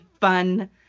fun